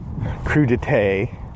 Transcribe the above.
crudité